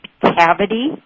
cavity